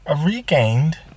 regained